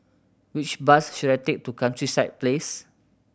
which bus should I take to Countryside Place